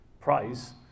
price